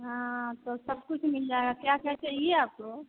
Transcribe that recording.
हाँ तो सब कुछ मिल जाएगा क्या क्या चाहिए आपको